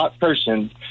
person